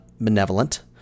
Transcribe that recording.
benevolent